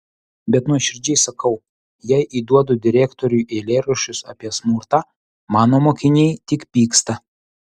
bet nuoširdžiai sakau jei įduodu direktoriui eilėraščius apie smurtą mano mokiniai tik pyksta